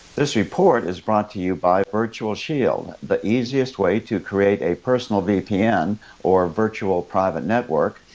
this report is brought to you by virtual shield. the easiest way to create a personal vpn or virtual private network,